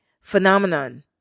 phenomenon